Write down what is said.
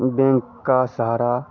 bank का सारा